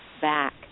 back